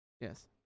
Yes